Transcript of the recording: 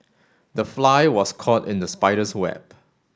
the fly was caught in the spider's web